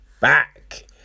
back